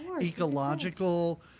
ecological